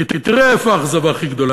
כי תראה איפה האכזבה הכי גדולה,